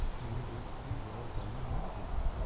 universally well done metadata.